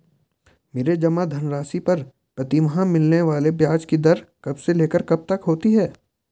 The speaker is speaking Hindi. मेरे जमा धन राशि पर प्रतिमाह मिलने वाले ब्याज की दर कब से लेकर कब तक होती है?